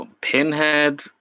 Pinhead